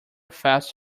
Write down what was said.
fast